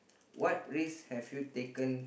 what risks have you taken